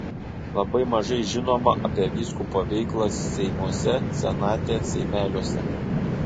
labai mažai žinoma apie vyskupo veiklą seimuose senate seimeliuose